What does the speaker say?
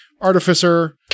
Artificer